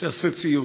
שיעשה ציוץ.